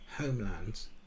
homelands